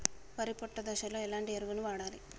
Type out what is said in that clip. వరి పొట్ట దశలో ఎలాంటి ఎరువును వాడాలి?